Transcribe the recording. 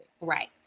Right